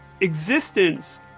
existence